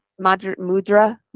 mudra